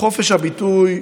בחופש הביטוי,